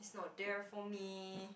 he's not there for me